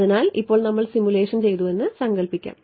അതിനാൽ ഇപ്പോൾ നമ്മൾ സിമുലേഷൻ ചെയ്തുവെന്ന് സങ്കൽപ്പിക്കാം